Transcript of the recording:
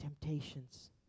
temptations